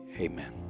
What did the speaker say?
Amen